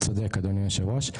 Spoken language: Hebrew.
צודק אדוני היושב ראש,